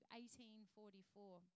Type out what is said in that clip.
1844